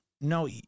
No